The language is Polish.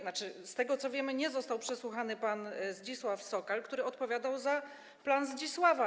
Z tego, co wiemy, nie został przesłuchany pan Zdzisław Sokal, który odpowiadał za plan Zdzisława.